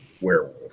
werewolf